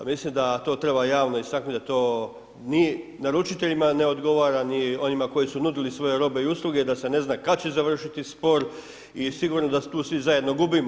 Mislim da to treba javno istaknuti da to ni naručiteljima ne odgovara ni onima koji su nudili svoje robe i usluge da se ne zna kada će završiti spor i sigurno da tu svi zajedno gubimo.